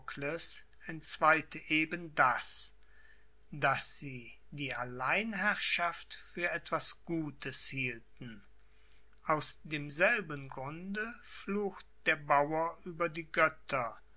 entzweite eben das daß sie die alleinherrschaft für etwas gutes hielten aus demselben grunde flucht der bauer über die götter